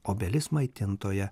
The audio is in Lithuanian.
obelis maitintoja